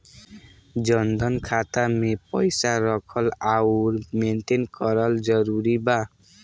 जनधन खाता मे पईसा रखल आउर मेंटेन करल जरूरी बा?